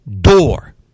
door